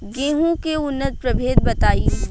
गेंहू के उन्नत प्रभेद बताई?